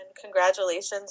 congratulations